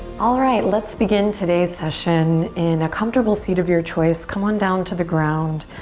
alright, let's begin today's session in a comfortable seat of your choice. come on down to the ground.